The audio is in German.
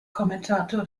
kommentator